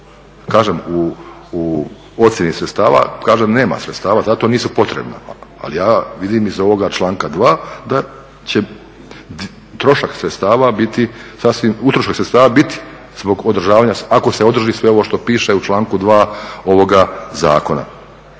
kažem u ocjeni sredstava kažem nema sredstava, za to nisu potrebna. Ali ja vidim iz ovoga članka 2. da će utrošak sredstava biti zbog održavanja ako se održi sve ovo što piše u članku 2. ovoga zakona.